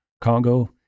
Congo